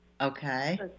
Okay